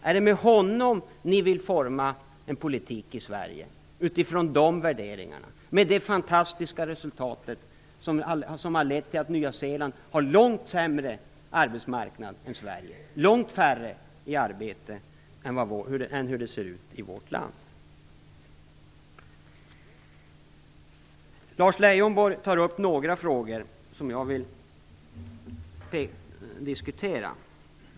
Är det med Per Unckel ni vill forma politiken i Sverige? Vill ni forma politiken utifrån de värderingar som lett till att Nya Zeeland har långt sämre arbetsmarknad än Sverige och långt färre i arbete? Lars Leijonborg tar upp några frågor som jag vill diskutera.